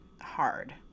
hard